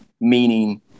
meaning